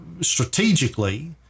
strategically